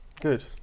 Good